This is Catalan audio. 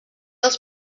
els